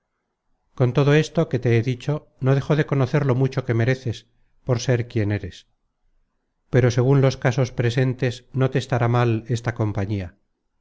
con todo esto que te he dicho no dejo de conocer lo mucho que mereces por ser quien eres pero segun los casos presentes no te estará mal esta compañía